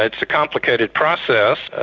it's a complicated process,